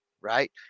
right